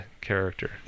character